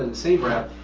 and same breath,